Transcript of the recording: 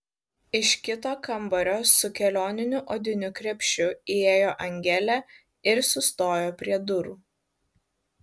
iš kito kambario su kelioniniu odiniu krepšiu įėjo angelė ir sustojo prie durų